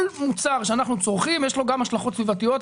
כל מוצר שאנחנו צורכים יש לו גם השלכות סביבתיות,